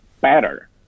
better